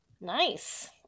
Nice